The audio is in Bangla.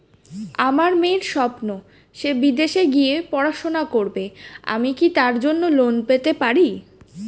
আমার মেয়ের স্বপ্ন সে বিদেশে গিয়ে পড়াশোনা করবে আমি কি তার জন্য লোন পেতে পারি?